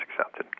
accepted